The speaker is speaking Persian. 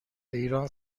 ایران